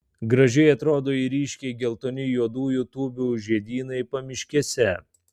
gražiai atrodo ir ryškiai geltoni juodųjų tūbių žiedynai pamiškėse